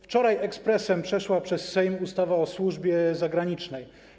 Wczoraj ekspresem przeszła przez Sejm ustawa o służbie zagranicznej.